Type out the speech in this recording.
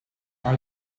are